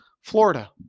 Florida